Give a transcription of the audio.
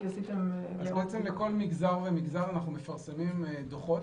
לכל מגזר ומגזר אנחנו מפרסמים דוחות.